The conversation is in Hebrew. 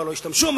ולא ישתמשו,